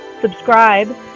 subscribe